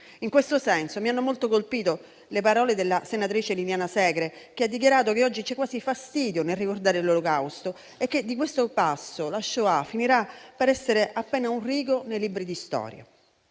In questo senso, mi hanno molto colpito le parole della senatrice Liliana Segre, che ha dichiarato che oggi c'è quasi fastidio nel ricordare l'Olocausto e che di questo passo la Shoah finirà per essere appena un rigo nei libri di storia,